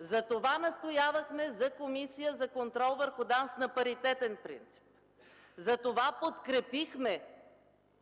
Затова настоявахме за Комисия за контрол на Държавна агенция „Национална сигурност” на паритетен принцип. Затова подкрепихме